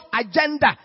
agenda